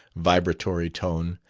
vibratory tone.